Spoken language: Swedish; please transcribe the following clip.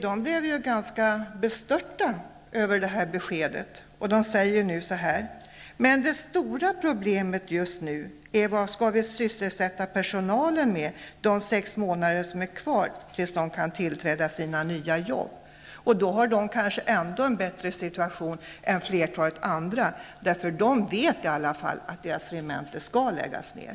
Där blev de ganska bestörta över beskedet och säger nu följande: ''Men det stora problemet just nu är vad vi ska sysselsätta personalen med de sex månader som är kvar tills de kan tillträda sina nya jobb.'' Dessa personer har kanske ändå en bättre situation än flertalet andra, eftersom de i varje fall vet att deras regemente skall läggas ned.